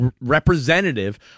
representative